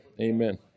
Amen